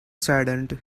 saddened